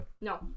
No